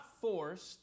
forced